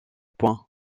points